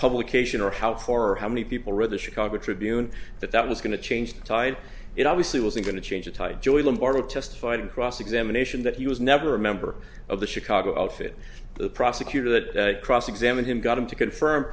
publication or how far how many people read the chicago tribune that that was going to change the tide it obviously wasn't going to change the tide joy lombardo testified in cross examination that he was never a member of the chicago outfit the prosecutor that cross examine him got him to confirm